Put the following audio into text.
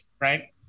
right